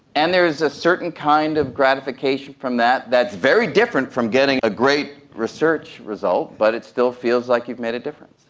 and there's a certain kind of gratification from that that's very different from getting a great research result, but it still feels like you've made a difference.